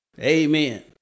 Amen